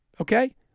Okay